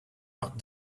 not